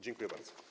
Dziękuję bardzo.